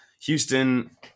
Houston